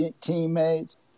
teammates